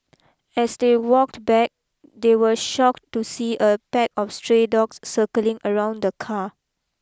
as they walked back they were shocked to see a pack of stray dogs circling around the car